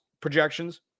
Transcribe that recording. projections